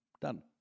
Done